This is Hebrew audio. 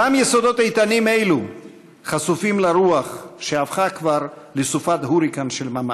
גם יסודות איתנים אלו חשופים לרוח שהפכה כבר לסופת הוריקן של ממש.